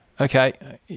Okay